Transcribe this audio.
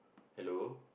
hello